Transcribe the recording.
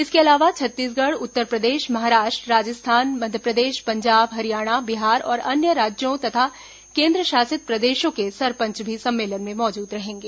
इसके अलावा छत्तीसगढ़ उत्तरप्रदेश महाराष्ट्र राजस्थान मध्यप्रदेश पंजाब हरियाणा बिहार और अन्य राज्यों तथा केन्द्रशासित प्रदेशों के सरपंच भी सम्मेलन में मौजूद रहेंगे